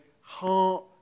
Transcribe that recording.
heart